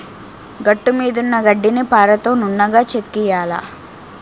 గట్టుమీదున్న గడ్డిని పారతో నున్నగా చెక్కియ్యాల